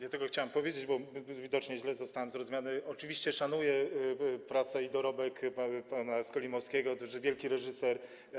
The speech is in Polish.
Ja tylko chciałem powiedzieć, bo widocznie zostałem źle zrozumiany, że oczywiście szanuję pracę i dorobek pana Skolimowskiego, to wielki reżyser.